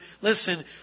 Listen